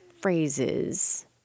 phrases